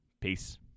Peace